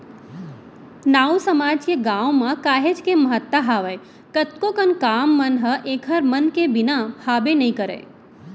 नाऊ समाज के गाँव म काहेच के महत्ता हावय कतको कन काम मन ह ऐखर मन के बिना हाबे नइ करय